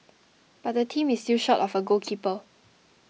but the team is still short of a goalkeeper